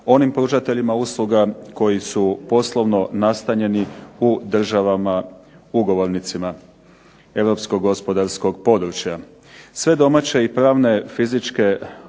onim pružateljima usluga koji su poslovno nastanjeni u državama ugovornicima europskog gospodarskog područja. Sve domaće i pravne fizičke osobe